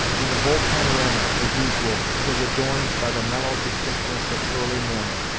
when the whole panorama, as usual, was adorned by the mellow distinctness of early morning,